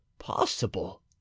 possible